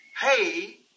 Hey